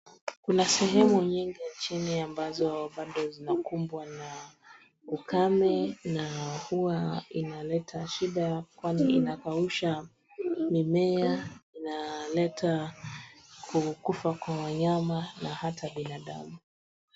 Kuna sehemu nyingi nchini amabazo bado zinakumbwa na ukame, na huwa inaleta shida kwani inakausha mimea, inaleta kukufa kwa wanyama na hata binadamu.